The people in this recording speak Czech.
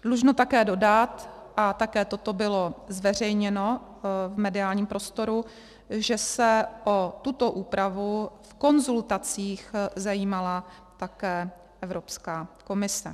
Dlužno také dodat, a také toto bylo zveřejněno v mediálním prostoru, že se o tuto úpravu v konzultacích zajímala také Evropská komise.